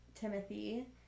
Timothy